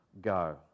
go